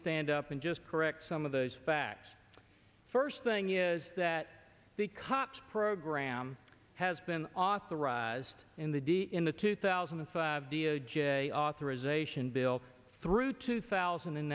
stand up and just correct some of those facts first thing is that the cops program has been authorized in the dea in the two thousand and five d o j authorization bill through two thousand